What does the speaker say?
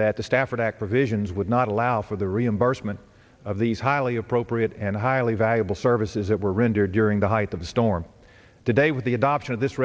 that the stafford act provisions would not allow for the reimbursement of these highly appropriate and highly valuable services that were rendered during the height of the storm today with the adoption of this